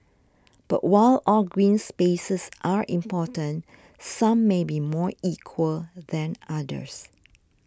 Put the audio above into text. but while all green spaces are important some may be more equal than others